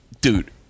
dude